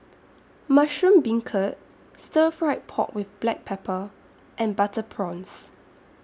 Mushroom Beancurd Stir Fried Pork with Black Pepper and Butter Prawns